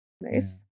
Nice